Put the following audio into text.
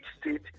state